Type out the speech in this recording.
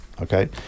okay